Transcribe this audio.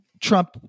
trump